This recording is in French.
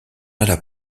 alla